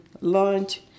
lunch